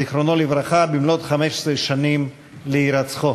אבקש להודיע בזאת על חילופי אישים בוועדות האלה: